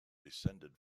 descended